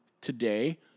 today